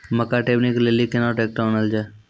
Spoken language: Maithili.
मक्का टेबनी के लेली केना ट्रैक्टर ओनल जाय?